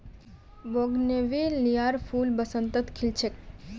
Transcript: बोगनवेलियार फूल बसंतत खिल छेक